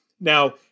Now